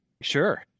sure